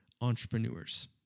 entrepreneurs